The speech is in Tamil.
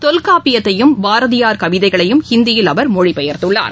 தொல்காப்பியத்தையும் பாரதியார் கவிதைகளையும் ஹிந்தியில் அவர் மொழிபெயர்த்துள்ளார்